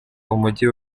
umugi